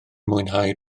mwynhau